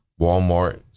Walmart